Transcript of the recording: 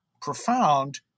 profound